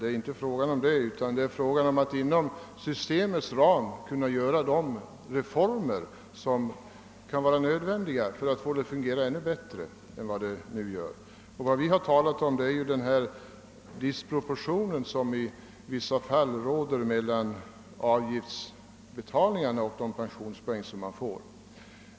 Det är inte fråga om detta utan avsikten är att inom systemets ram genomföra reformer som är nödvändiga för att det skall kunna fungera ännu bättre än det nu gör. Vad vi pekat på är den disproportion som i vissa fall råder mellan avgiftsinbetalningarna och de pensionspoäng dessa ger.